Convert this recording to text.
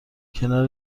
کنار